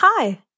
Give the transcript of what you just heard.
Hi